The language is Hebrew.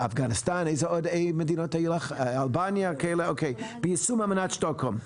אפגניסטן, אלבניה וכאלה, ביישום אמנת שטוקהולם.